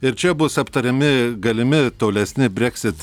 ir čia bus aptariami galimi tolesni breksit